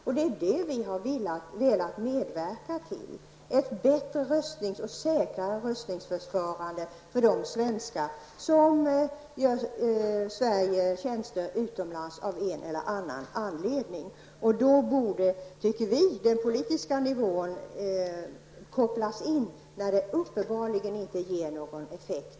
Vi har velat medverka till ett bättre och säkrare röstningsförfarande för de svenskar som gör Sverige tjänster utomlands av en eller annan anledning. Då borde den politiska nivån kopplas in, när handläggningen på myndighetsnivå uppenbarligen inte ger någon effekt.